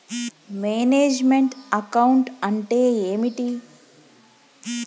Manage meant account అంటే ఏమిటి?